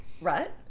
Right